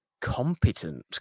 competent